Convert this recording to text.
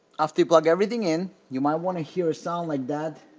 after you plug everything in you might want to hear a sound like that